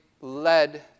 led